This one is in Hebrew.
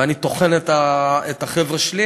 ואני טוחן את החבר'ה שלי.